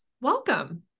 welcome